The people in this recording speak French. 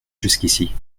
jusqu’ici